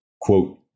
quote